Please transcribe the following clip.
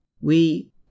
We—